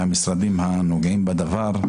מהמשרדים הנוגעים בדבר,